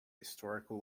historical